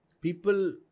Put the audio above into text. people